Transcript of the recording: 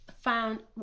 found